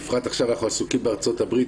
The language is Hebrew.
בפרט עכשיו אנחנו עסוקים בארצות הברית.